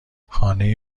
خانه